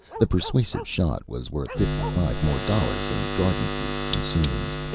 the persuasive shot was worth fifty-five more dollars in garden fruit consumed.